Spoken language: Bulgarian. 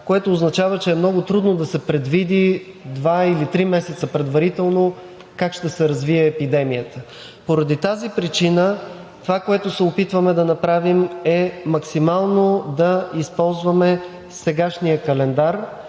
което означава, че е много трудно да се предвиди два или три месеца предварително как ще се развие епидемията. Поради тази причина това, което се опитваме да направим, е максимално да използваме сегашния календар